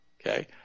Okay